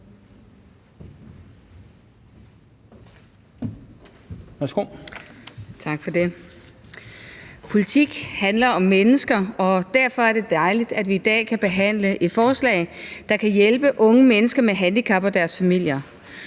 Politik handler om mennesker, og derfor er det dejligt, at vi i dag kan behandle et forslag, der kan hjælpe unge mennesker med handicap og deres familier.